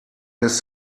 ist